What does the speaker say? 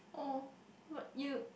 oh but you